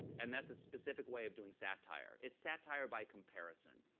and that's a specific way of doing satire. it's satire by comparison,